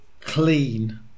clean